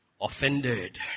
Offended